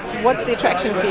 what's the attraction for you?